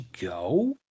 go